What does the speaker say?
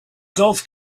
golf